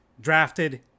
drafted